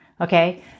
Okay